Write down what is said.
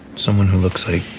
someone who looks like